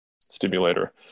stimulator